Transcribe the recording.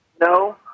No